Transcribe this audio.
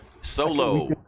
solo